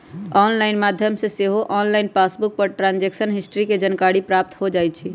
online माध्यम से सेहो ऑनलाइन पासबुक पर ट्रांजैक्शन हिस्ट्री के जानकारी प्राप्त हो जाइ छइ